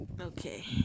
Okay